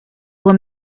were